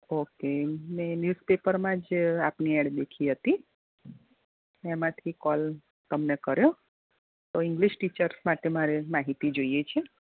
હા મેં ન્યૂઝ પેપરમાં જ આપની એડ દેખી હતી એમાંથી કોલ તમને કર્યો તો ઇંગ્લિશ ટીચર માટે મારે માહિતી જોઈએ છે